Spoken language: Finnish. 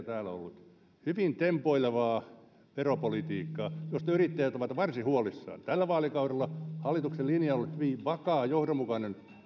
täällä jo neljä veropaperia hyvin tempoilevaa veropolitiikkaa josta yrittäjät ovat varsin huolissaan tällä vaalikaudella hallituksen linja on ollut hyvin vakaa johdonmukainen